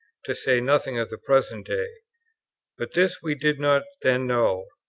to say nothing of the present day but this we did not then know.